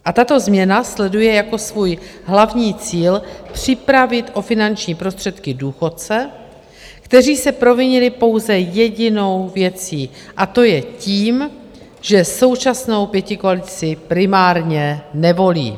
A tato změna sleduje jako svůj hlavní cíl připravit o finanční prostředky důchodce, kteří se provinili pouze jedinou věcí, a to je tím, že současnou pětikoalici primárně nevolí.